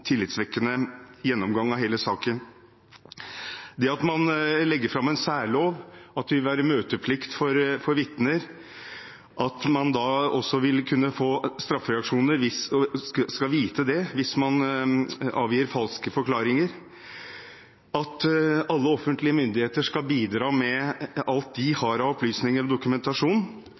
særlov, at det vil være møteplikt for vitner, at man da også skal vite at man vil kunne få en straffereaksjon hvis man avgir falsk forklaring, at alle offentlige myndigheter skal bidra med alt de har av opplysninger og dokumentasjon